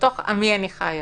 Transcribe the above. בתוך עמי אני חיה.